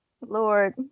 Lord